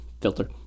Filter